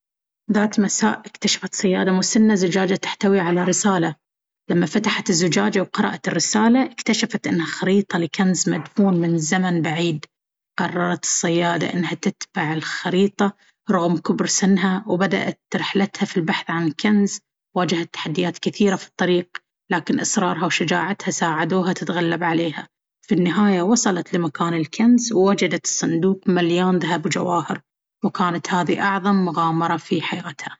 ذات مساء، اكتشفت صيادة مسنة زجاجة تحتوي على رسالة. لما فتحت الزجاجة وقرأت الرسالة، اكتشفت إنها خريطة لكنز مدفون من زمن بعيد. قررت الصيادة إنها تتبع الخريطة، رغم كبر سنها، وبدأت رحلتها في البحث عن الكنز. واجهت تحديات كثيرة في الطريق، لكن إصرارها وشجاعتها ساعدوها تتغلب عليها. في النهاية، وصلت لمكان الكنز ووجدت صندوق مليان ذهب وجواهر، وكانت هذي أعظم مغامرة في حياتها.